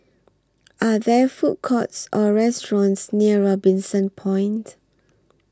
Are There Food Courts Or restaurants near Robinson Point